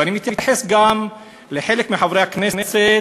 ואני מתייחס גם לחלק מחברי הכנסת